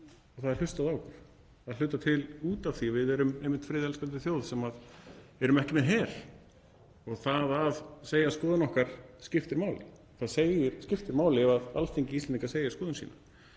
og það er hlustað á okkur, að hluta til út af því að við erum einmitt friðelskandi þjóð sem er ekki með her. Það að segja skoðun okkar skiptir máli. Það skiptir máli ef Alþingi Íslendinga segir skoðun sína.